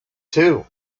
too